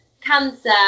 cancer